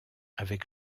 avec